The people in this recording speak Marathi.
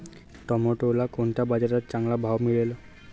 टोमॅटोला कोणत्या बाजारात चांगला भाव मिळेल?